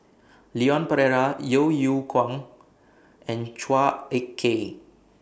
Leon Perera Yeo Yeow Kwang and Chua Ek Kay